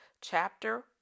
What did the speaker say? chapter